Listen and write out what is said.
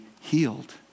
healed